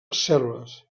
cèl·lules